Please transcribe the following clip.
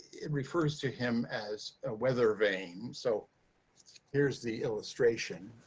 it refers to him as a weather vane. so here's the illustration.